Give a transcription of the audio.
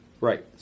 right